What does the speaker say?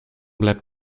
bleibt